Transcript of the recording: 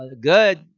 good